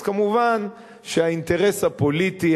אז מובן שהאינטרס הפוליטי,